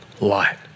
light